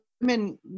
women